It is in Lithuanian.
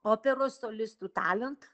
operos solistų talentą